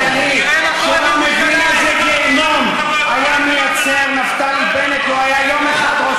איזה גיהינום היה מייצר נפתלי בנט לו היה יום אחד ראש